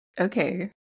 okay